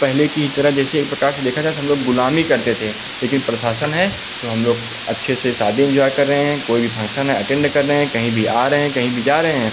पहले की ही तरह जैसे एक प्रकार से देखा जाए तो हम लोग ग़ुलामी करते थे लेकिन प्रशासन है तो हम लोग अच्छे से शादी इन्जॉय कर रहे हैं कोई भी फंक्शन है अटेन्ड कर रहे हैं कहीं भी आ रहे हैं कहीं भी जा रहे हैं